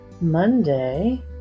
Monday